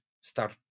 start